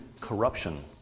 corruption